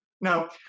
Now